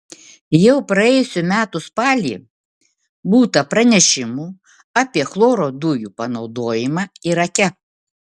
jau praėjusių metų spalį būta pranešimų apie chloro dujų panaudojimą irake